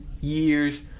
years